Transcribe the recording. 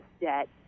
debt